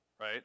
right